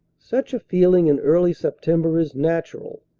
such a feeling in early september is natural,